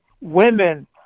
women